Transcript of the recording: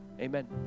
Amen